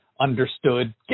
understood